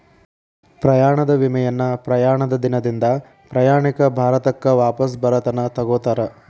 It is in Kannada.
ಪ್ರಯಾಣದ ವಿಮೆಯನ್ನ ಪ್ರಯಾಣದ ದಿನದಿಂದ ಪ್ರಯಾಣಿಕ ಭಾರತಕ್ಕ ವಾಪಸ್ ಬರತನ ತೊಗೋತಾರ